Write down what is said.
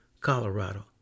Colorado